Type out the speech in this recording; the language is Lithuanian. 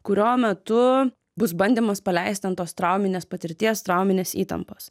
kurio metu bus bandymas paleist ten tos trauminės patirties trauminės įtampos